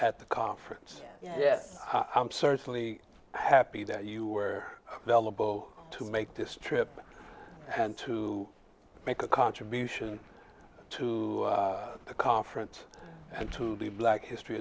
at the conference yes i'm certainly happy that you were well above to make this trip and to make a contribution to the conference and to the black history